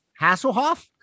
Hasselhoff